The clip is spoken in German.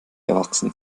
erwachsen